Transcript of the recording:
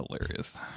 hilarious